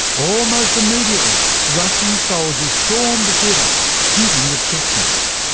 almost immediately, russian soldiers stormed the theatre, shooting the chechens.